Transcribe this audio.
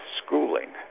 schooling